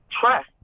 trust